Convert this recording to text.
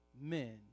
men